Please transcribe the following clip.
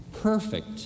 perfect